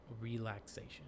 relaxation